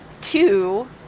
Two